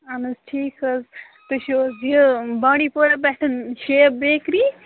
اہن حظ ٹھیٖک حظ تُہۍ چھِو حظ یہِ باڈی پورا پٮ۪ٹھ شیخ بیکری